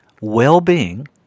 well-being